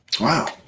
Wow